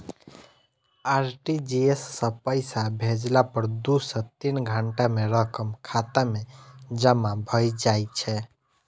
RTGS सं पैसा भेजला पर दू सं तीन घंटा मे रकम खाता मे जमा भए जाइ छै